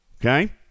okay